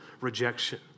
rejection